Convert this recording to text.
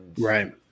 right